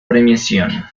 premiación